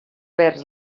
vers